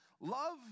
Love